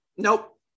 Nope